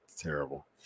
Terrible